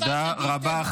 תודה רבה,